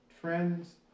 trends